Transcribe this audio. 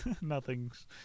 Nothing's